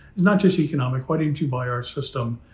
not just economic. why didn't you buy our system?